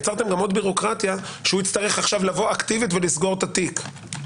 יצרתם עוד בירוקרטיה שהוא יצטרך עכשיו לבוא אקטיבית ולסגור את התיק,